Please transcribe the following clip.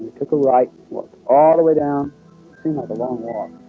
took a right. walked all the way down seemed like a long walk